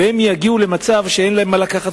והם יגיעו למצב שאין להם אוכל לקחת